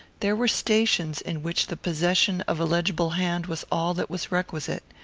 there were stations in which the possession of a legible hand was all that was requisite.